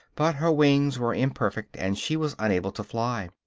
but her wings were imperfect, and she was unable to fly.